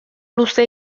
luze